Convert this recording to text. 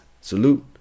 salute